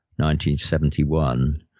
1971